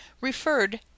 referred